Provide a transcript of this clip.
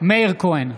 מאיר כהן,